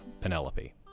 Penelope